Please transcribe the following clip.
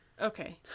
Okay